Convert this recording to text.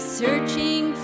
searching